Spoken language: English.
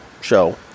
show